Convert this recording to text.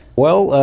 well,